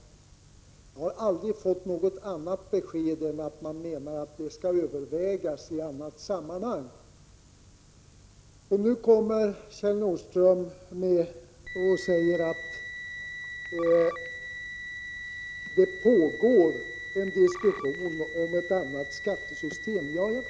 Jag har aldrig fått något annat besked än att man menar att detta skall övervägas i annat sammanhang. Kjell Nordström säger att det nu pågår en diskussion om ett annat skattesystem.